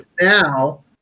now